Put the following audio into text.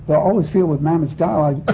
but always feel with mamet's dialogue,